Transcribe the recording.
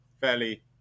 fairly